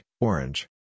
orange